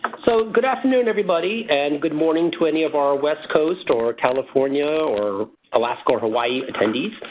so good afternoon everybody and good morning to any of our west coast or california or alaska or hawaii attendees.